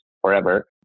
forever